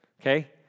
Okay